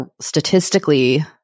statistically